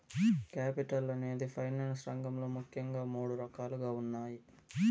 capital అనేది finance రంగంలో ముఖ్యంగా మూడు రకాలుగా ఉన్నాయి